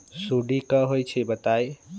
सुडी क होई छई बताई?